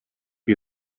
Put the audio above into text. you